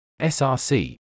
src